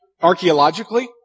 archaeologically